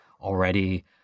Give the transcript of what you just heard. already